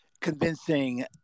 convincing